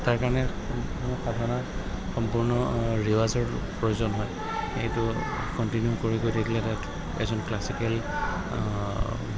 তাৰ কাৰণে সাধনাত সম্পূৰ্ণ ৰিৱাজৰ প্ৰয়োজন হয় এইটো কণ্টিনিউ কৰি গৈ থাকিলে তাত এজন ক্লাছিকেল